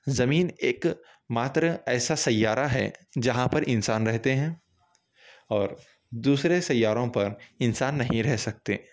زمین ایک ماتر ایسا سیارہ ہے جہاں پر انسان رہتے ہیں اور دوسرے سیاروں پر انسان نہیں رہ سکتے